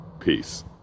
Peace